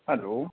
hello